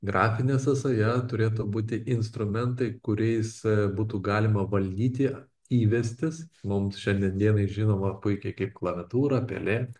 grafinė sąsaja turėtų būti instrumentai kuriais būtų galima valdyti įvestis mums šiandien dienai žinoma puikiai kaip klaviatūra pelė